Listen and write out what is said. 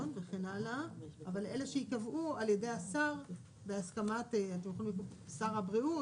ואלה שייקבעו על ידי השר ובהסכמת שר הבריאות,